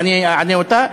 ואני אעלה אותה,